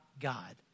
God